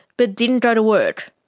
but didn't go to work.